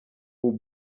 aux